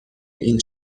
این